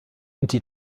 die